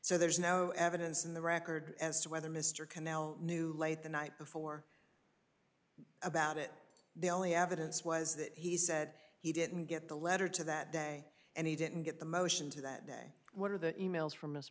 so there's no evidence in the record as to whether mr canal knew late the night before about it the only evidence was that he said he didn't get the letter to that day and he didn't get the motion to that day what are the e mails from